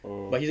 oh